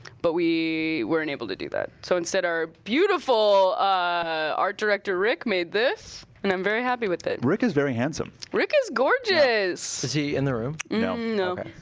but we weren't able to do that. so, instead, our beautiful art director rick made this, and i'm very happy with it. rick is very handsome. rick is gorgeous! is he in the room? no. no.